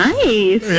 Nice